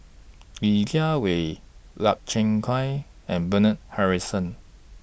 Li Jiawei Lau Chiap Khai and Bernard Harrison